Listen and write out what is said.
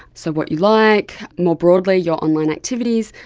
so what you like, more broadly your online activities,